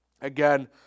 Again